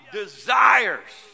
desires